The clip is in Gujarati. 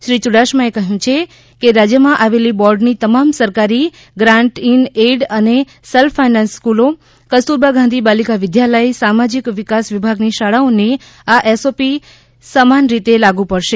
શ્રી યુડાસમાએ કહ્યુ છે કે રાજયમાં આવેલી બોર્ડની તમામ સરકારી ગ્રાન્ટ ઇન એઇડ અને સેલ્ફ ફાયનાન્સ સ્કલો કસ્તુરબા ગાંધી બાલિકા વિદ્યાલય સામાજિક વિકાસ વિભાગની શાળાઓને આ એસઓપી સમાન રીતે લાગુ પડશે